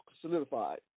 solidified